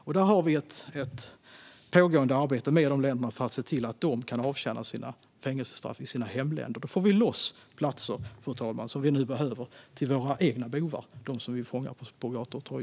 Vi har ett pågående arbete med de länderna för att se till att dessa personer kan avtjäna sina fängelsestraff i sina hemländer. Då får vi loss platser, fru ålderspresident, och dem behöver vi till våra egna bovar, som vi fångar på gator och torg nu.